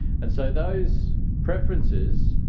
and so those preferences